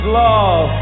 love